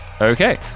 Okay